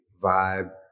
Vibe